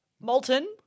Molten